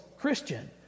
Christian